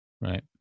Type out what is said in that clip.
Right